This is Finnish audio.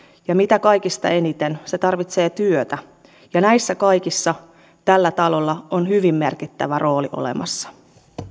ja kaikista eniten se tarvitsee työtä ja näissä kaikissa tällä talolla on hyvin merkittävä rooli olemassa arvoisa puhemies